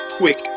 quick